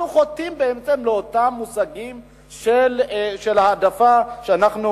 אנחנו חוטאים בעצם לאותם מושגים של העדפה שאנחנו